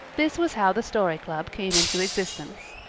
this was how the story club came into existence.